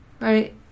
right